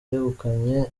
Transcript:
yegukanye